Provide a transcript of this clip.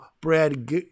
Brad